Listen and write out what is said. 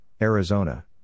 Arizona